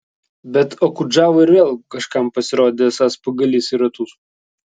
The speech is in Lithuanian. bet okudžava ir vėl kažkam pasirodė esąs pagalys į ratus